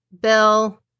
Bill